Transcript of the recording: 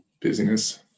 busyness